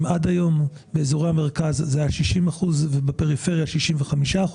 אם עד היום באזורי המרכז זה היה 60% ובפריפריה 65%,